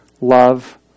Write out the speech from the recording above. love